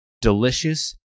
delicious